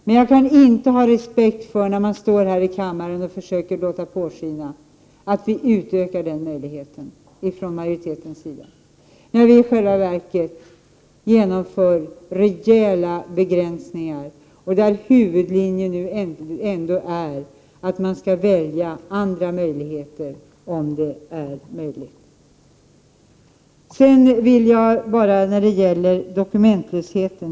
Men jag kan inte ha respekt för att man här i kammaren försöker låta påskina att majoriteten utökar möjligheten att ta barn i förvar, när vi i själva verket genomför rejäla begränsningar och när huvudlinjen nu ändå är att man skall välja andra utvägar om det är möjligt. Jag vill sedan något beröra frågan om dokumentlösheten.